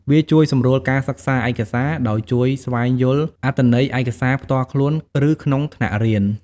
វាជួយសម្រួលការសិក្សាឯកសារ ដោយជួយស្វែងយល់អត្ថន័យឯកសារផ្ទាល់ខ្លួន ឬក្នុងថ្នាក់រៀន។